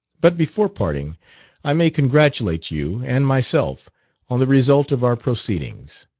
but before parting i may congratulate you and myself on the result of our proceedings.